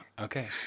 Okay